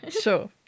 Sure